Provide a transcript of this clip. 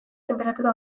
tenperatura